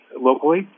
locally